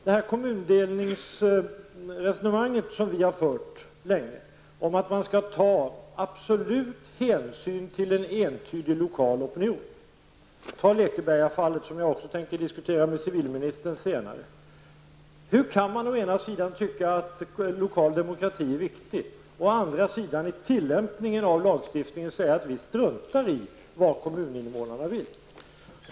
Beträffande det resonemang om kommundelning som vi har fört länge, dvs. att man skall ta absolut hänsyn till en entydig lokal opinion -- t.ex. när det gäller Lekebergafallet, som jag tänker diskutera med civilministern senare -- undrar jag hur man å ena sidan kan tycka att lokal demokrati är viktig, och å andra sidan strunta i vad kommuninvånarna vill.